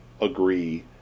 agree